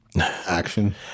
action